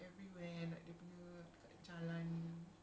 okay for her everywhere and jalan